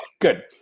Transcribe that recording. good